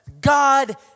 God